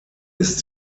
ist